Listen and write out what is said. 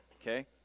okay